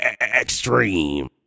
extreme